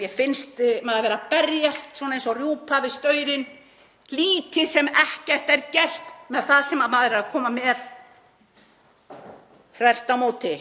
Mér finnst maður vera að berjast svona eins og rjúpan við staurinn. Lítið sem ekkert er gert með það sem maður er að koma með, þvert á móti.